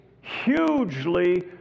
hugely